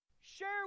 Share